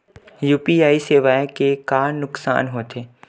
UPI सेवाएं के का नुकसान हो थे?